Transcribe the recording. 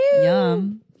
Yum